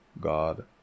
God